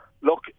look